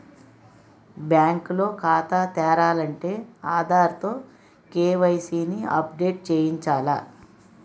bank లో ఖాతా తెరాలంటే ఆధార్ తో కే.వై.సి ని అప్ డేట్ చేయించాల